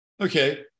Okay